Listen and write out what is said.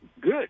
good